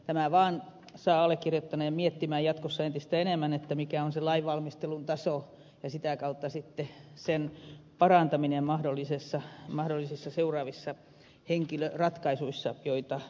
tämä vaan saa allekirjoittaneen miettimään jatkossa entistä enemmän mikä on se lainvalmistelun taso ja sitä kautta sitten sen parantaminen mahdollisissa seuraavissa henkilöratkaisuissa joita tehdään